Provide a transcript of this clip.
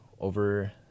over